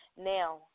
Now